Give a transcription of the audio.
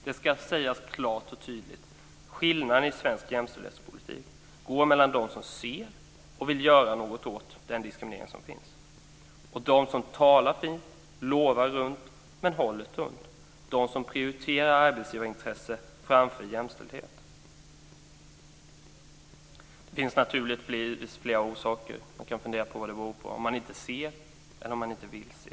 Det ska sägas klart och tydligt att skillnaden i svensk jämställdhetspolitik går mellan dem som ser och vill göra något åt den diskriminering som finns och de som talar fint, de som lovar runt men håller tunt, de som prioriterar arbetsgivarintressen framför jämställdhet. Det finns naturligtvis flera orsaker. Man kan fundera på vad det beror på. Är det så att man inte ser eller att man inte vill se?